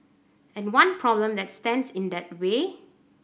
and one problem that stands in that way